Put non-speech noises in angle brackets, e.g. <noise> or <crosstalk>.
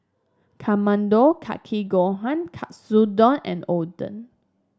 <unintelligible> kake gohan Katsudon and Oden